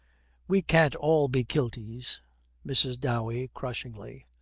we can't all be kilties mrs. dowey, crushingly,